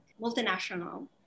multinational